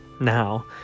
Now